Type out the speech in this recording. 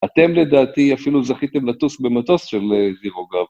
אתם לדעתי אפילו זכיתם לטוס במטוס של דירו גב.